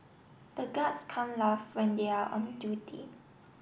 the guards can't laugh when they are on duty